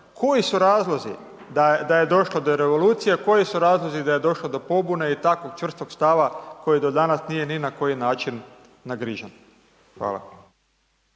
koji su razlozi da je došlo do revolucije, koji su razlozi da je došlo do pobune i takvog čvrstog stava koji do danas nije ni na koji način nagrižen. Hvala.